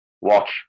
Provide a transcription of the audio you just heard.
Watch